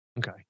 Okay